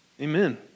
Amen